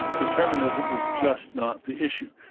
determinism is just not the issue.